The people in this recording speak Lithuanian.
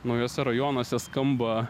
naujuose rajonuose skamba